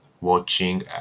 watching